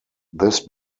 this